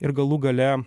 ir galų gale